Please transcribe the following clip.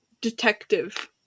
Detective